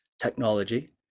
technology